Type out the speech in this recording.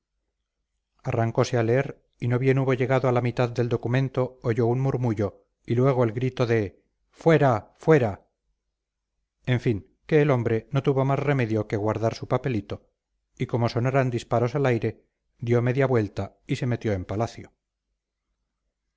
arrancose a leer y no bien hubo llegado a la mitad del documento oyó un murmullo y luego el grito de fuera fuera en fin que el hombre no tuvo más remedio que guardar su papelito y como sonaran disparos al aire dio media vuelta y se metió en palacio